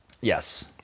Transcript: Yes